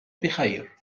بخير